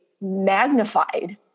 magnified